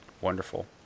Wonderful